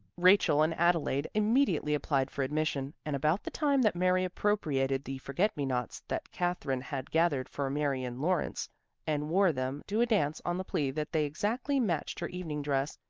rachel and adelaide immediately applied for admission, and about the time that mary appropriated the forget-me-nots that katherine had gathered for marion lawrence and wore them to a dance on the plea that they exactly matched her evening dress,